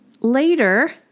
later